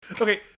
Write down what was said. Okay